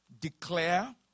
declare